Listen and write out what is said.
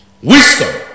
Wisdom